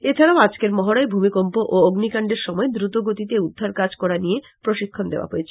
এছাড়াও আজকের মহড়ায় ভুমিকম্প ও অগ্নিকান্ডের সময় দ্রুতগতিতে উদ্ধার কাজ করা নিয়ে প্রশিক্ষন দেওয়া হয়েছে